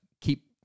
keep